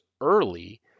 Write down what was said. early